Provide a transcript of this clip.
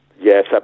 Yes